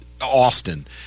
Austin